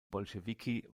bolschewiki